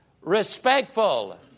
respectful